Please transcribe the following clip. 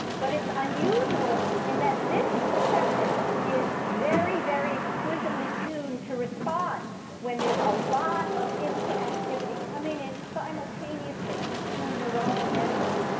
but it's unusual in that this receptor is very, very exquisitely tuned to respond when there's a lot of input activity coming in simultaneously to a neuronal membrane.